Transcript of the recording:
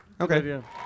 Okay